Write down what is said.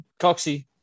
Coxie